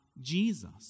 Jesus